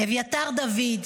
אביתר דוד,